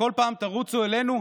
כל פעם תרוצו אלינו,